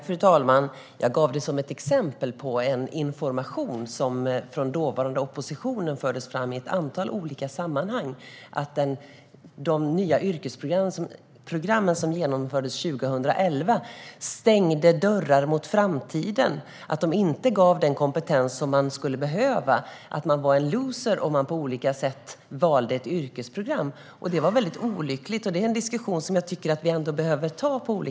Fru talman! Jag gav det som ett exempel på information som fördes fram av dåvarande oppositionen, i ett antal olika sammanhang, om att de nya yrkesprogrammen som infördes 2011 stängde dörrar mot framtiden. De skulle inte ge den kompetens som skulle behövas, och man var en loser om man valde ett yrkesprogram. Det var olyckligt. Och det är en diskussion vi behöver ta.